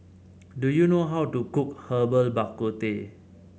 do you know how to cook Herbal Bak Ku Teh